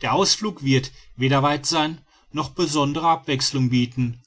der ausflug wird weder weit sein noch besondere abwechselungen bieten